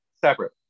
Separate